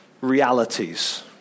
realities